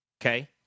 Okay